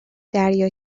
دریا